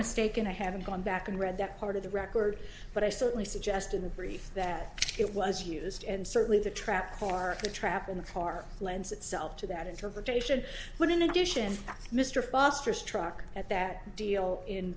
mistaken i haven't gone back and read that part of the record but i certainly suggest in the brief that it was used and certainly the trap parker trap in the car lends itself to that interpretation but in addition mr foster struck at that deal in